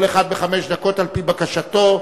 כל אחד בחמש דקות על-פי בקשתו,